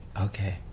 Okay